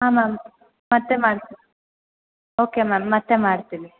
ಹಾಂ ಮ್ಯಾಮ್ ಮತ್ತೆ ಮಾಡ್ತೆ ಓಕೆ ಮ್ಯಾಮ್ ಮತ್ತೆ ಮಾಡ್ತೀನಿ